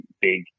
big